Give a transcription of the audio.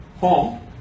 home